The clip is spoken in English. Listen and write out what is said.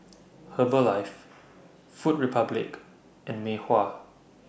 Herbalife Food Republic and Mei Hua